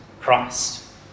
Christ